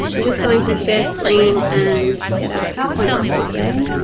i'm just going to share screen and get our powerpoint up for today.